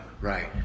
Right